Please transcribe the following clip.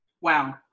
Wow